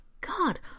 God